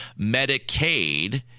medicaid